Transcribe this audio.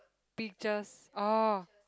pictures oh